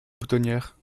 boutonnière